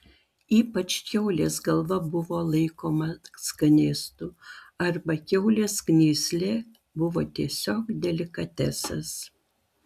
ypač kiaulės galva buvo laikoma skanėstu arba kiaulės knyslė buvo tiesiog delikatesas